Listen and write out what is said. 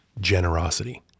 generosity